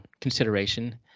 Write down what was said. consideration